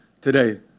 today